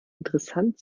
interessant